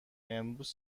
امروز